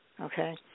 Okay